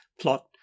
plot